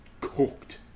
cooked